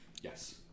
Yes